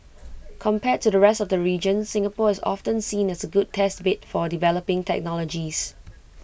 compared to the rest of the region Singapore is often seen as A good test bed for developing technologies